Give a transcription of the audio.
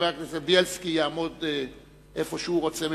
וחבר הכנסת בילסקי יעמוד איפה שהוא רוצה.